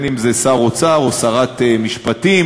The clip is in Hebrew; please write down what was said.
אם שר אוצר או שרת משפטים,